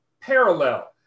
parallel